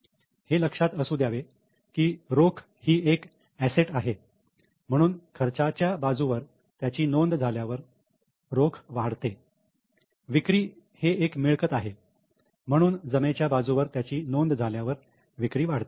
हे लक्षात असू द्यावे की रोकड ही एक एसेट आहे म्हणून खर्चाच्या बाजूवर त्याची नोंद झाल्यावर रोकड वाढते विक्री हे एक मिळकत आहे म्हणून जमेच्या बाजूवर त्याची नोंद झाल्यावर विक्री वाढते